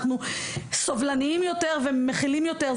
אנחנו סובלניים יותר ומכילים יותר,